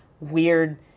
weird